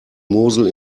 mosel